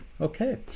Okay